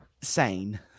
sane